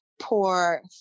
poor